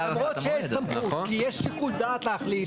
למרות שיש סמכות, כי יש שיקול דעת להחליט.